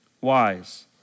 Wise